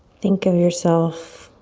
think of yourself